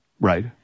Right